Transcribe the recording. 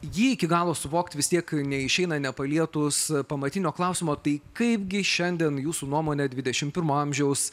jį iki galo suvokti vis tiek neišeina nepalietus pamatinio klausimo tai kaipgi šiandien jūsų nuomone dvidešimt pirmo amžiaus